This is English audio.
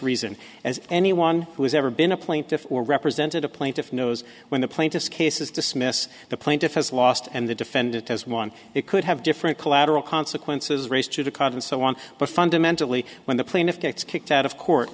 reason as anyone who has ever been a plaintiff or represented a plaintiff knows when the plaintiff's case is dismissed the plaintiff has lost and the defendant has won it could have different collateral consequences raised to the cause and so on but fundamentally when the plaintiff gets kicked out of court